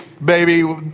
Baby